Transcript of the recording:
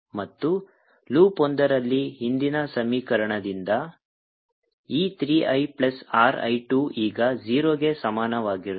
ಮತ್ತು ಲೂಪ್ ಒಂದರಲ್ಲಿ ಹಿಂದಿನ ಸಮೀಕರಣದಿಂದ ಈ 3 I ಪ್ಲಸ್ R I 2 ಈಗ 0 ಗೆ ಸಮಾನವಾಗಿರುತ್ತದೆ